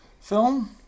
film